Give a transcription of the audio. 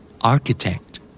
Architect